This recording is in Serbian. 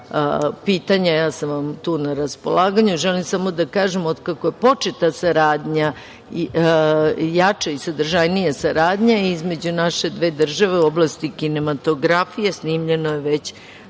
pitanja, ja sam vam tu na raspolaganju. Želim samo da kažem, od kako je početa jača i sadržajnija saradnja između naše dve države u oblasti kinematografije, snimljeno je već